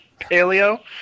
paleo